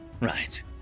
Right